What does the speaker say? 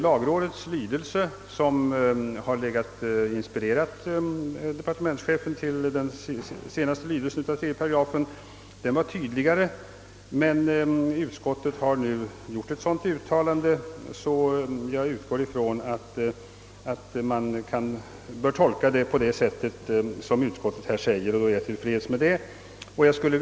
Lagrådets förslag, som har inspirerat departementschefen till den senaste lydelsen av tredje paragrafen, var tydligare. Utskottet har nu gjort ett förtydligande. Jag utgår därför ifrån att man bör tolka paragrafen på det sätt utskottet menar, och jag är till freds härmed.